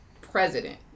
president